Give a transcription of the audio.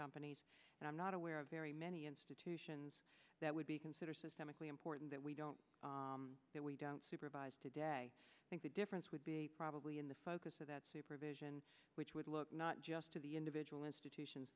companies and i'm not aware of very many institutions that would be considered systemically important that we don't that we don't supervise today i think the difference would be probably in the focus of that supervision which would look not just to the individual institutions